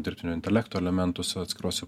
dirbtinio intelekto elementus atskiruose